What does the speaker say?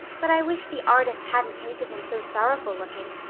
but i wish the artist hadn't painted him so sorrowful looking.